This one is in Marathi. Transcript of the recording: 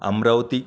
अमरावती